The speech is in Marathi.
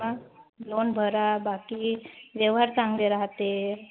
मग लोन भरा बाकी व्यवहार चांगले राहते